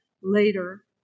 later